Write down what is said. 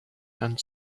and